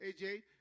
AJ